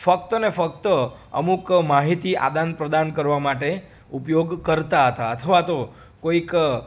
ફક્તને ફક્ત અમુક માહિતી આદાનપ્રદાન કરવા માટે ઉપયોગ કરતા હતા અથવા તો કોઈક